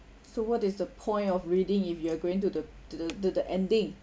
so what is the point of reading if you're going to the to the to the ending